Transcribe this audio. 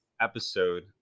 episode